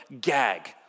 gag